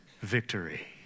victory